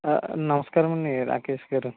నమస్కారమండి రాకేష్ గారు